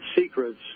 secrets